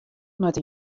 moat